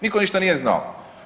Nitko ništa nije znao.